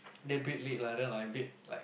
little bit late lah then I a bit like